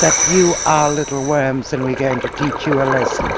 that you are little worms and we're going to teach you a lesson.